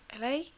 LA